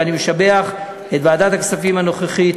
ואני משבח את ועדת הכספים הנוכחית,